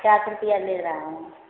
पचास रुपया ले रहा हूँ